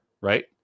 right